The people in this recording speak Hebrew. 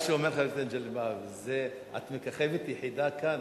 מה שאומר חבר הכנסת מגלי והבה: את מככבת יחידה כאן,